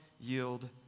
yield